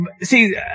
see